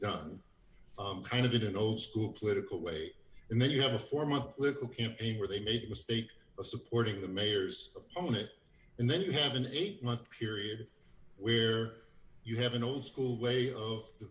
done kind of didn't old school political way and then you have a form of political campaign where they made the mistake of supporting the mayor's opponent and then you have an eight month period where you have an old school way of the